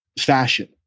fashion